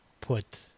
put